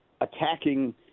attacking